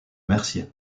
mercier